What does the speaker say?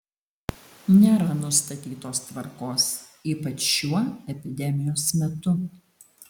nėra nustatytos tvarkos ypač šiuo epidemijos metu